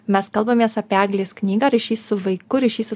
mes kalbamės apie eglės knygą ryšį su vaiku ryšį su